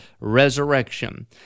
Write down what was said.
resurrection